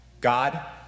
God